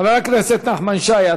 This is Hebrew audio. חבר הכנסת נחמן שי,